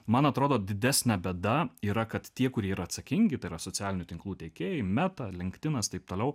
man atrodo didesnė bėda yra kad tie kurie yra atsakingi tai yra socialinių tinklų tiekėjai meta linked inas taip toliau